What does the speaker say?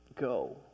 go